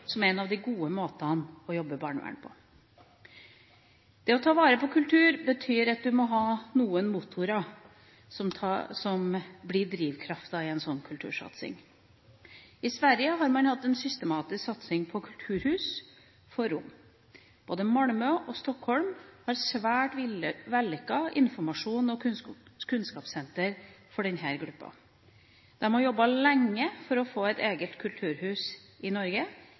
som en av de gode måtene å jobbe med dette på i barnevernet. Det å ta vare på kultur betyr at du må ha noen motorer som er drivkraften i kultursatsinga. I Sverige har man hatt en systematisk satsing på kulturhus for romene. Både Malmö og Stockholm har svært vellykkede informasjons- og kunnskapssenter for denne gruppa. Man har jobbet lenge for å få et eget kulturhus i Norge,